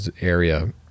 area